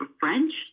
French